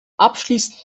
abschließend